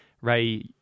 Ray